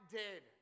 dead